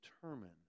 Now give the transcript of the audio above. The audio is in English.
determine